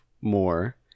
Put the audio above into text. more